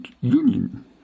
union